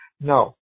no